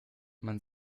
man